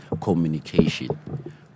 communication